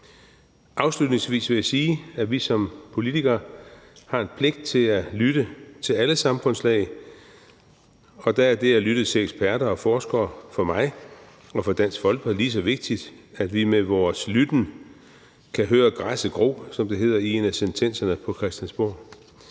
Afslutningsvis vil jeg sige, at vi som politikere har en pligt til at lytte til alle samfundslag, og der er det at lytte til eksperter og forskere for mig og for Dansk Folkeparti lige så vigtigt, som at vi med vores lytten kan høre græsset gro, som det hedder i en af sentenserne på Christiansborg.